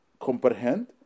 comprehend